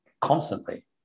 Constantly